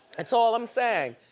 that's all i'm saying.